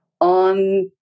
on